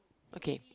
okay